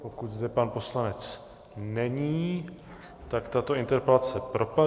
Pokud zde pan poslanec není, tak tato interpelace propadá.